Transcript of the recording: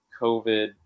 COVID